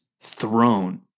throne